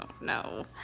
no